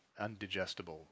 undigestible